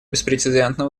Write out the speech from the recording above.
беспрецедентно